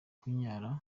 kunyara